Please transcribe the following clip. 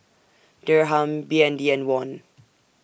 Dirham B N D and Won